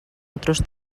otros